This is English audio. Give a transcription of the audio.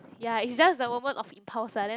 ya is just the moment of impulse lah then